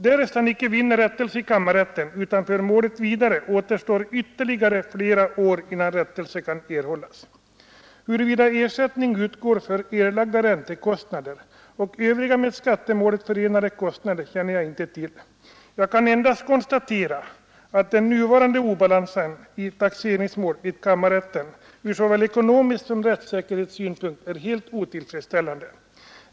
Därest han icke vinner rättelse i kammarrätten utan för målet vidare, återstår ytterligare flera år innan rättelse kan erhållas. Huruvida ersättning utgår för erlagda räntekostnader och övriga med skattemålet förenade kostnader känner jag inte till. Jag kan endast konstatera att den nuvarande obalansen i taxeringsmål vid kammarrätten ur såväl ekonomisk synpunkt som rättvisesynpunkt är helt otillfredsställande.